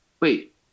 Wait